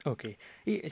Okay